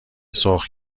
سرخ